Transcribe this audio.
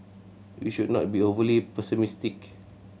we should not be overly pessimistic